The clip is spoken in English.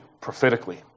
prophetically